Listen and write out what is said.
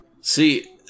See